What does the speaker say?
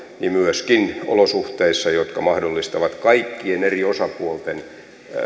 myöskin olosuhteissa jotka mahdollistavat kaikkien eri osapuolten